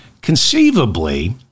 Conceivably